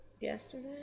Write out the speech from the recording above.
yesterday